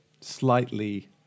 slightly